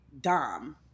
dom